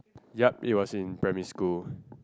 yup it was in primary school